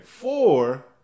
four